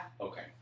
Okay